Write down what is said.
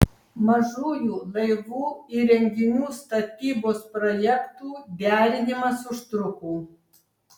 mažųjų laivų įrenginių statybos projektų derinimas užtruko